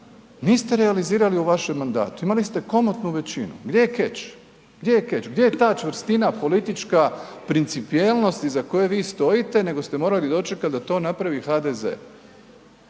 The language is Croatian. niste realizirali u vašem mandatu, imali ste komotnu većinu, gdje je keč, gdje je keč, gdje je ta čvrstina, politička principijelnost iza koje vi stojite nego ste morali dočekati da to napravi HDZ.